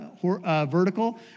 vertical